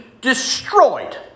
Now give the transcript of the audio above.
destroyed